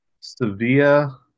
sevilla